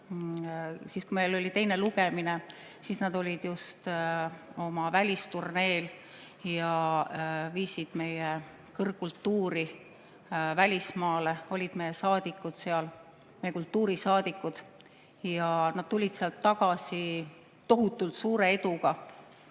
Siis, kui meil oli teine lugemine, olid nad just oma välisturneel ja viisid meie kõrgkultuuri välismaale, nad olid seal meie saadikud, meie kultuuri saadikud. Ja nad tulid sealt tagasi tohutult suure eduga.